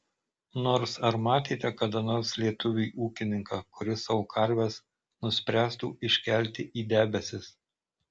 nors ar matėte kada nors lietuvį ūkininką kuris savo karves nuspręstų iškelti į debesis